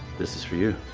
this is for you.